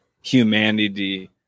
humanity